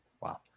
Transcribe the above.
Wow